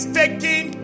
taking